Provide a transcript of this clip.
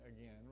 again